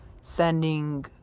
sending